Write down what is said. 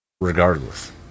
Regardless